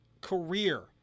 career